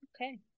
okay